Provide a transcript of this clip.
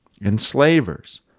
enslavers